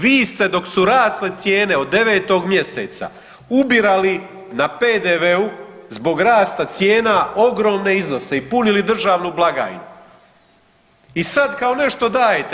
Vi ste dok su rasle cijene od 9. mj. ubirali na PDV-u zbog rasta cijena ogromne iznose i punili državnu blagajnu i sad kao nešto dajete.